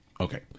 Okay